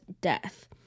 death